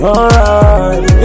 Alright